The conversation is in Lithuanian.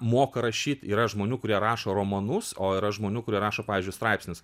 moka rašyt yra žmonių kurie rašo romanus o yra žmonių kurie rašo pavyzdžiui straipsnius